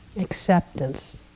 acceptance